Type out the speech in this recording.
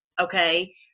okay